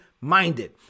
minded